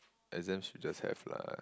exams should just have lah